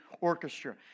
orchestra